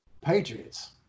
Patriots